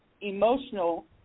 emotional